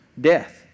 Death